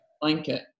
blanket